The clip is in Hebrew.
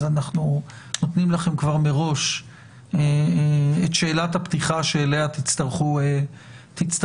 אנחנו נותנים לכם כבר מראש את שאלת הפתיחה אליה תצטרכו להתייחס.